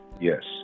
Yes